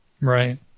Right